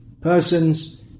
persons